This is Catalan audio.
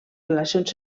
relacions